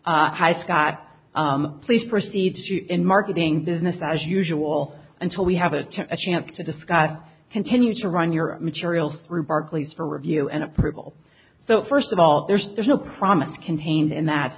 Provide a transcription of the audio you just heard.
is hi scott please proceed in marketing business as usual until we have a chance to discuss continue to run your material through barclays for review and approval so first of all there's there's no promise contained in that